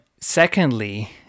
Secondly